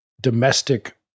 domestic